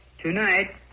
Tonight